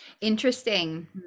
interesting